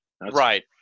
Right